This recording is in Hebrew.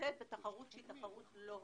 להתמודד בתחרות שהיא תחרות לא הוגנת.